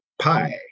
pie